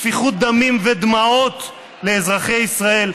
שפיכות דמים ודמעות לאזרחי ישראל,